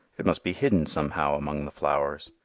it must be hidden somehow among the flowers.